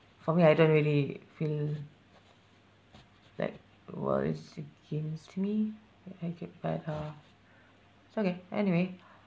for me I don't really feel like the world is against me I get but uh it's okay anyway